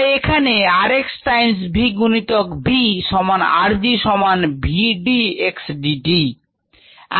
তাই এখানে r x times V গুণিতক V সমান r gসমান V d x dt